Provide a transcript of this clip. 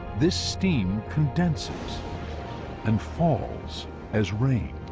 this steam condenses and falls as rain,